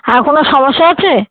আর কোনো সমস্যা আছে